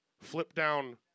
flip-down